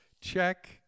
Check